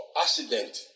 accident